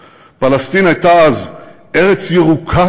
1987, מוען לראש ממשלת בריטניה דאז מרגרט תאצ'ר,